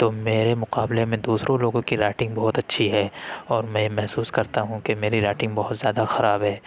تو میرے مقابلے میں دوسرے لوگوں کی رائٹنگ بہت اچھی ہے اور میں محسوس کرتا ہوں کہ میری رائٹنگ بہت زیادہ خراب ہے